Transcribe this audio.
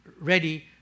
ready